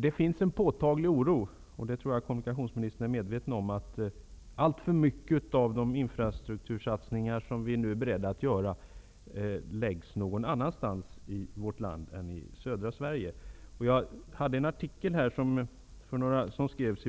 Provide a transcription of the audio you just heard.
Det finns en påtaglig oro -- jag tror kommunikationsministern är medveten om den -- för att alltför många av de infrastruktursatsningar som vi nu är beredda att göra läggs någon annanstans än i södra Sverige. I en artikel i